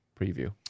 preview